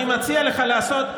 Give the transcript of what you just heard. אני מציע לך לעשות,